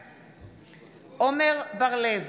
בעד עמר בר לב,